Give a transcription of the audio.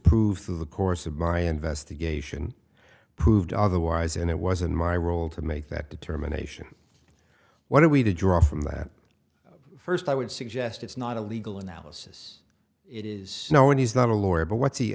proved through the course of my investigation proved otherwise and it was in my role to make that determination what are we to draw from that first i would suggest it's not a legal analysis it is no one he's not a lawyer but what's he